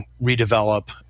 redevelop